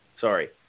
Sorry